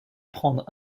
prendre